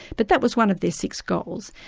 but that was one of their six goals.